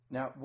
Now